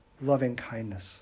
loving-kindness